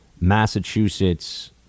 Massachusetts